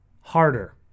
harder